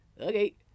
Okay